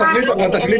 לא שמעתי.